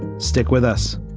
stick with us